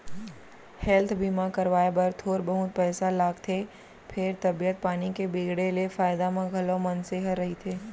health बीमा करवाए बर थोर बहुत पइसा लागथे फेर तबीयत पानी के बिगड़े ले फायदा म घलौ मनसे ह रहिथे